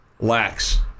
lacks